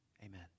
Amen